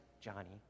Johnny